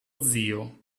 zio